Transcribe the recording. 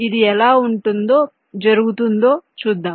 ఇది ఎలా జరుగుతుందో చూద్దాం